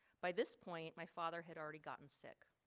by this point, my father had already gotten sick.